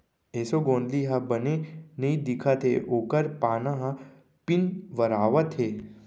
एसों गोंदली ह बने नइ दिखत हे ओकर पाना ह पिंवरावत हे